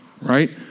right